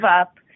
up